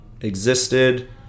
existed